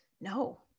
No